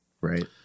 Right